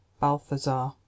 Balthazar